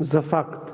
за факт